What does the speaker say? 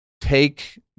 take